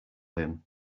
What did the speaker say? him